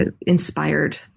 inspired